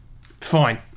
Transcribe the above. Fine